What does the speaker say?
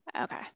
Okay